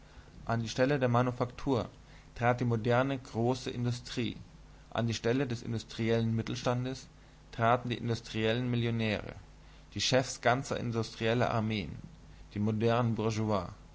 an die stelle der manufaktur trat die moderne große industrie an die stelle des industriellen mittelstandes traten die industriellen millionäre die chefs ganzer industrieller armeen die modernen